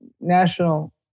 National